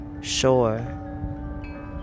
sure